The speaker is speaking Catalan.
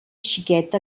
xiqueta